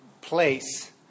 place